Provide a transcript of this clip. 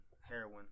heroin